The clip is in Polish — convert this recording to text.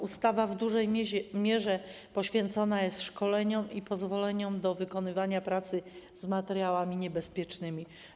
Ustawa w dużej mierze poświęcona jest szkoleniom i pozwoleniom na wykonywanie pracy z materiałami niebezpiecznymi.